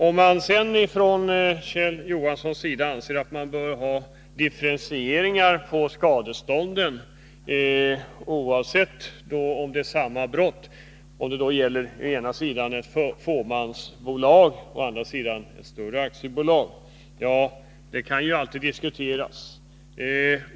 Om Kjell Johansson sedan anser att man bör ha en differentiering av skadestånden för samma brott beroende på om det gäller ett fåmansbolag eller ett större aktiebolag, då kan den frågan alltid diskuteras.